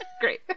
great